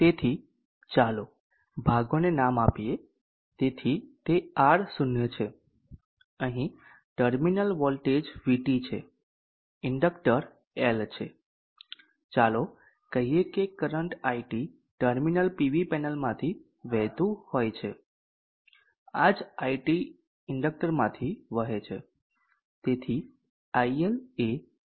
તેથી ચાલો ભાગોને નામ આપીએ તેથી તે R0 છે અહીં ટર્મિનલ વોલ્ટેજ VT છે ઇન્ડકટર L છે ચાલો કહીએ કે કરંટ IT ટર્મિનલ પીવી પેનલમાંથી વહેતું હોય છે આ જ IT ઇન્ડક્ટરમાંથી વહે છે તેથી IL એ IT ની સમાન છે